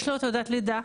יש לו תעודת לידה.